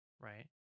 right